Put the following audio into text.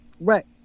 Right